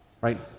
right